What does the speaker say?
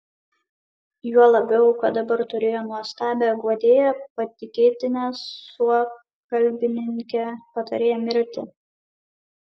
juo labiau kad dabar turėjo nuostabią guodėją patikėtinę suokalbininkę patarėją mirtį